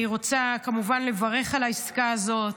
אני רוצה כמובן לברך על העסקה הזאת.